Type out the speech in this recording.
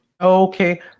okay